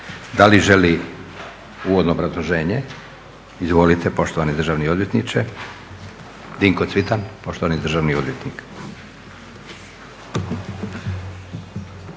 Da li želi uvodno obrazloženje? Izvolite poštovani državni odvjetniče. Dinko Cvitan, poštovani državni odvjetnik.